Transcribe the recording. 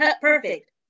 perfect